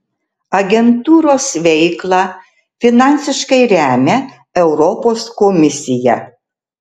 agentūros veiklą finansiškai remia europos komisija